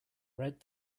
read